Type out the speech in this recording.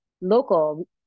local